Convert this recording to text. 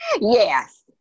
Yes